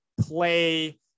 play